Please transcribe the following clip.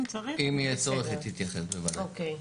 אם יהיה צורך היא תתייחס בוודאי.